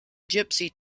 gypsy